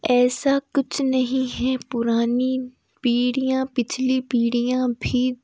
ऐसा कुछ नहीं है पुरानी पीढ़ियाँ पिछली पीढ़ियाँ भी